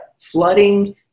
flooding